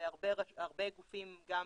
והרבה גופים, גם